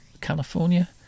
California